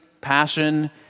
passion